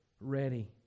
ready